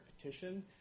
petition